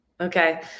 Okay